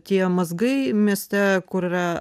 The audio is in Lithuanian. tie mazgai mieste kur yra